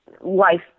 life